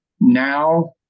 now